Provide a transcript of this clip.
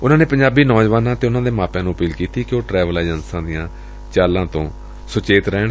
ਉਨੂਾ ਨੇ ਪੰਜਾਬੀ ਨੌਜਵਾਨਾਂ ਅਤੇ ਉਨੂਾ ਦੇ ਮਾਪਿਆਂ ਨੂੰ ਅਪੀਲ ਕੀਤੀ ਕਿ ਉਹ ਟਰੈਵਲ ਏਜੰਟਾਂ ਦੀਆਂ ਚਾਲਾਂ ਤੋਂ ਸੁਚੇਤ ਰਹਿਣ